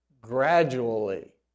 gradually